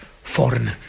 foreign